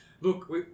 look